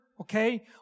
okay